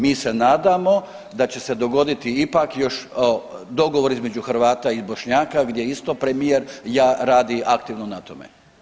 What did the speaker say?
Mi se nadamo da će se dogoditi ipak još dogovor između Hrvata i Bošnjaka gdje isto premijer radi aktivno na tome.